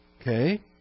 Okay